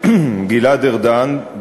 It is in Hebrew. גלעד ארדן,